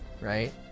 right